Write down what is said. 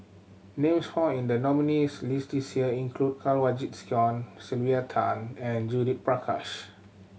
names found in the nominees' list this year include Kanwaljit Soin Sylvia Tan and Judith Prakash